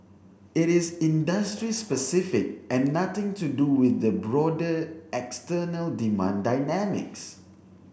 it is industry specific and nothing to do with the broader external demand dynamics